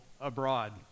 abroad